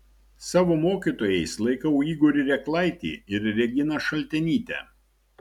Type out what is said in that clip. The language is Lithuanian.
savo mokytojais laikau igorį reklaitį ir reginą šaltenytę